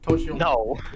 No